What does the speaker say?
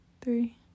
three